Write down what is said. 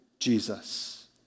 Jesus